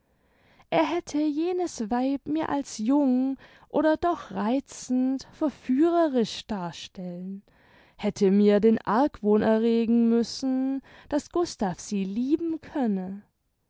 er hätte jenes weib mir als jung oder doch reizend verführerisch darstellen hätte mir den argwohn erregen müssen daß gustav sie lieben könne